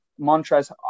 Montrez